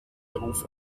beruf